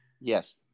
Yes